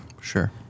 sure